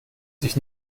sich